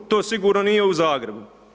To sigurno nije u Zagrebu.